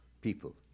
people